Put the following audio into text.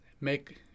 make